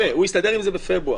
הוא הסתדר עם זה בפברואר.